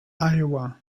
iowa